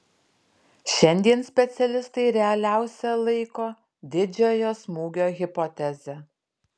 šiandien specialistai realiausia laiko didžiojo smūgio hipotezę